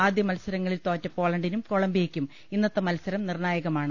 ആദ്യ മത്സരങ്ങളിൽ തോറ്റ പോളണ്ടിനും കൊളംബി യയ്ക്കും ഇന്നത്തെ മത്സരം നിർണ്ണായകമാണ്